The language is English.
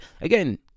Again